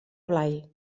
blai